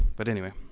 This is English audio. but anyway,